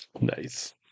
Nice